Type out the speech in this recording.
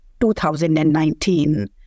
2019